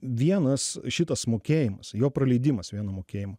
vienas šitas mokėjimas jo praleidimas vieno mokėjimo